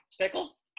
Pickles